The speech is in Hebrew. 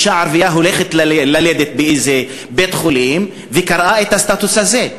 אישה ערבייה הולכת ללדת באיזה בית-חולים והיא קראה את הסטטוס הזה.